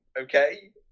okay